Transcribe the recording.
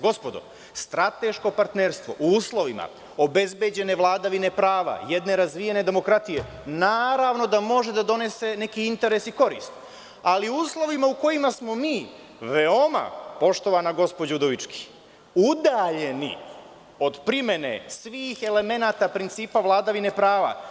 Gospodo, strateško partnerstvo u uslovima obezbeđene vladavine prava jedne razvijene demokratije naravno da može da donese neki interes i korist, ali u uslovima u kojima smo mi, veoma, poštovana gospođo Udovički, udaljeni od primene svih elemenata principa vladavine prava.